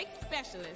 specialist